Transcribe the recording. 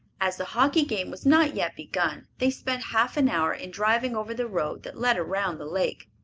as the hockey game was not yet begun they spent half an hour in driving over the road that led around the lake.